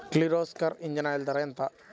Kirloskar engine oil ధర ఎంత?